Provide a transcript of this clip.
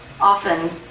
often